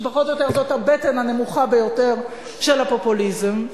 שפחות או יותר זאת הבטן הנמוכה ביותר של הפופוליזם.